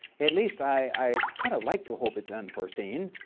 at least i'd kind of like to hold it's unforeseen.